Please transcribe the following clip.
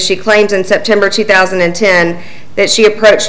she claims in september two thousand and ten that she approached